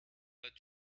but